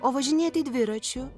o važinėti dviračiu